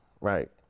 Right